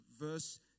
verse